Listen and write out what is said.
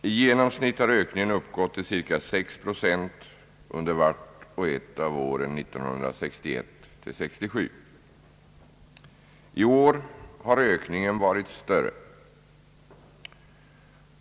I genomsnitt har ökningen uppgått till ca 6 procent under vart och ett av åren 1961—1967. I år har ökningen varit större.